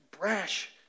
brash